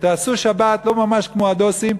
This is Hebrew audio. תעשו שבת לא ממש כמו הדוסים,